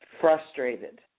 frustrated